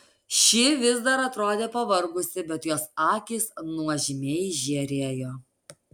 ši vis dar atrodė pavargusi bet jos akys nuožmiai žėrėjo